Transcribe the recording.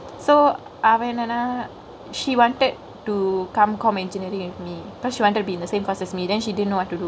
so அவ என்னனா:ave ennanaa she wanted to come com engkineeringk with me cause she wanted to be in the same course as me then she didn't know what to do